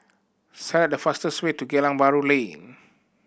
select the fastest way to Geylang Bahru Lane